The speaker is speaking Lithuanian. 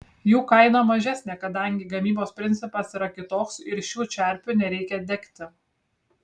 jų kaina mažesnė kadangi gamybos principas yra kitoks ir šių čerpių nereikia degti